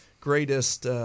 greatest